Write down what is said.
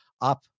up